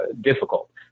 difficult